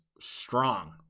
strong